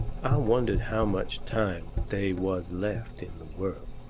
wondered how much time they was left in the world.